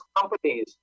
companies